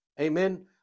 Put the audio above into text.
Amen